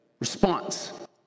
response